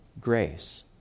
grace